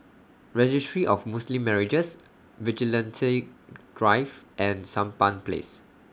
Registry of Muslim Marriages Vigilante Drive and Sampan Place